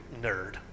nerd